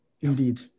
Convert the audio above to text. indeed